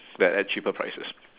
that at cheaper prices